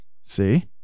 See